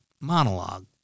monologue